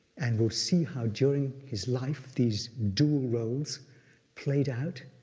and we'll see how during his life, these dual roles played out,